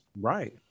Right